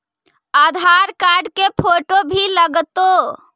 आधार card के photo भी लग तै?